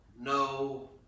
No